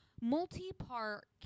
multi-part